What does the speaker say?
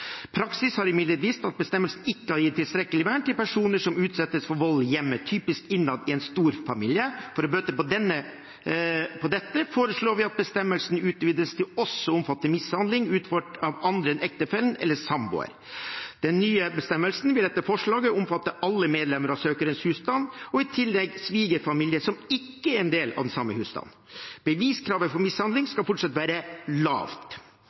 Praksis har imidlertid vist at bestemmelsen ikke har gitt tilstrekkelig vern til personer som utsettes for vold hjemme, typisk innad i en storfamilie. For å bøte på dette foreslår vi at bestemmelsen utvides til også å omfatte mishandling utført av andre enn ektefelle eller samboer. Den nye bestemmelsen vil etter forslaget omfatte alle medlemmer av søkerens husstand og i tillegg svigerfamilie som ikke er en del av den samme husstanden. Beviskravet for mishandling skal fortsatt være lavt.